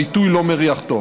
העיתוי לא מריח טוב.